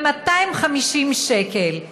ב-250 שקלים.